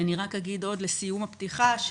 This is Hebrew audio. אגיד עוד לסיום הפתיחה,